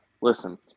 listen